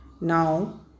Now